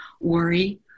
worry